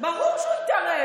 ברור שהוא התערב,